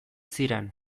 ziren